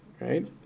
right